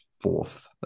fourth